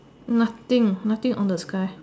nothing nothing on the sky